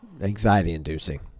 anxiety-inducing